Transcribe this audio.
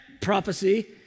prophecy